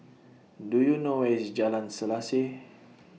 Do YOU know Where IS Jalan Selaseh